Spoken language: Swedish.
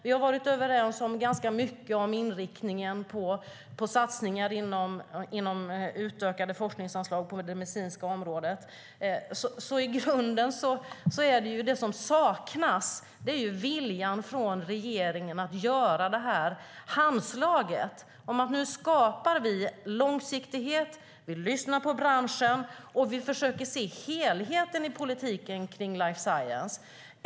Vi har varit överens om ganska mycket vad gäller inriktningen på satsningar och utökade forskningsanslag på det medicinska området. Det som saknas är i grunden en vilja från regeringen att göra det här handslaget för att skapa långsiktighet, lyssna på branschen och försöka se helheten i politiken för life science.